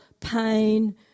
pain